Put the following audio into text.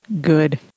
Good